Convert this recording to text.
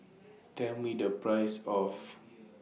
Tell Me The Price of